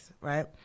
right